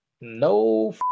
No